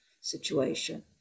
situation